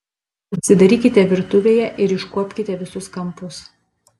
užsidarykite virtuvėje ir iškuopkite visus kampus